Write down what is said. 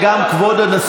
וגם כבוד הנשיא.